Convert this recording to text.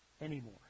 anymore